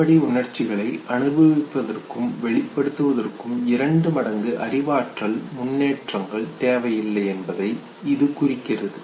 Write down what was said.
அடிப்படை உணர்ச்சிகளை அனுபவிப்பதற்கும் வெளிப்படுத்துவதற்கும் இரண்டு மடங்கு அறிவாற்றல் முன்னேற்றங்கள் தேவையில்லை என்பதை இது குறிக்கிறது